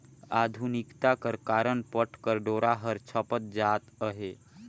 आधुनिकता कर कारन पट कर डोरा हर छपत जात अहे